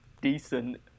decent